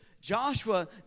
Joshua